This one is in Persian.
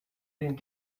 این